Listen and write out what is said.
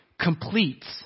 completes